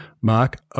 Mark